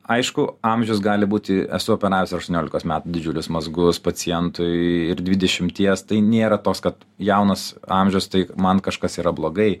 aišku amžius gali būti esu operavęs aštuoniolikos metų didžiulius mazgus pacientui ir dvidešimties tai nėra toks kad jaunas amžius tai man kažkas yra blogai